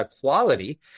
quality